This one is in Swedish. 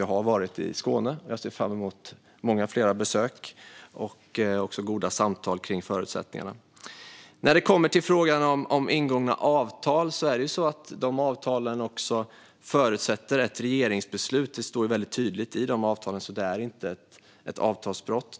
Jag har varit i Skåne, och jag ser fram emot många fler besök och också goda samtal om förutsättningarna. När det kommer till frågan om ingångna avtal förutsätter de avtalen ett regeringsslut. Det står väldigt tydligt i avtalen, så det är inte ett avtalsbrott.